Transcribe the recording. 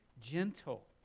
gentle